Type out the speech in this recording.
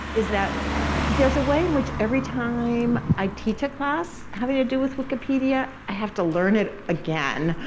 is that there's a way in which every time i teach a class having to do with wikipedia, i have to learn it again,